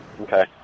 Okay